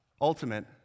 ultimate